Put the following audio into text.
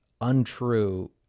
untrue